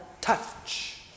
Touch